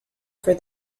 for